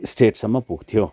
स्टेटसम्म पुग्थ्यो